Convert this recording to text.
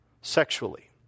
Sexually